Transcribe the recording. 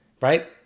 right